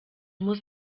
muss